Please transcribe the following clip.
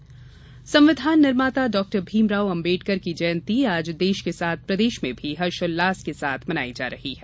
अंबेडकर जयंती संविधान निर्माता डाक्टर भीमराव अंबेडकर की जयंती आज देश के साथ प्रदेश में भी हर्षोल्लास से मनायी जा रही है